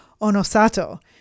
Onosato